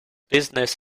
business